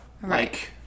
Right